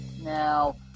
Now